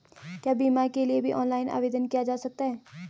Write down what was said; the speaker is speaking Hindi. क्या बीमा के लिए भी ऑनलाइन आवेदन किया जा सकता है?